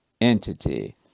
entity